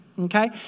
Okay